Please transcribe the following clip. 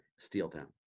Steeltown